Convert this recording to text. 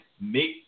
make